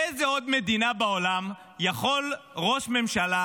באיזו עוד מדינה בעולם יכול ראש ממשלה